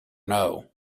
know